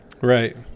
right